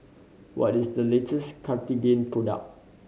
what is the latest Cartigain product